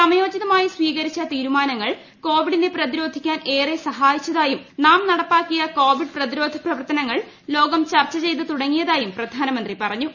സമയോചിതമായി സ്വീകരിച്ച തീരുമാനങ്ങൾ കോവിഡിനെ പ്രതിരോധിക്കാൻ ഏറെ സഹായിച്ചതായും നാം നടപ്പാക്കിയ കോവിഡ് പ്രതിരോധ പ്രവർത്തനങ്ങൾ ലോകം ചർച്ചു ചെയ്ത് തുടങ്ങിയതായും പ്രധാനമന്ത്രി പറഞ്ഞു